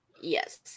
Yes